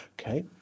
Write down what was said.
Okay